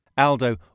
Aldo